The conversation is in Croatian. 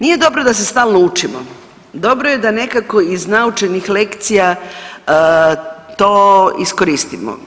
Nije dobro da se stalno učimo, dobro je da nekako iz naučenih lekcija to iskoristimo.